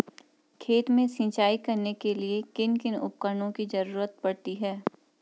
खेत में सिंचाई करने के लिए किन किन उपकरणों की जरूरत पड़ती है?